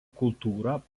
kultūra